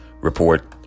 report